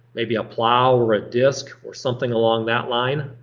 maybe a plow or a disk or something along that line.